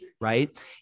right